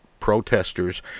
protesters